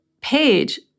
Page